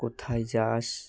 কোথায় যাস